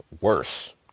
worse